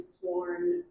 sworn